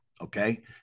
okay